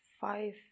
five